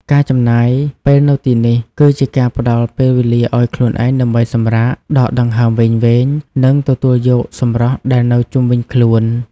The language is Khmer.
ការចំណាយពេលនៅទីនេះ គឺជាការផ្តល់ពេលវេលាឲ្យខ្លួនឯងដើម្បីសម្រាក ដកដង្ហើមវែងៗ និងទទួលយកសម្រស់ដែលនៅជុំវិញខ្លួន។